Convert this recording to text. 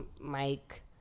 Mike